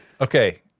Okay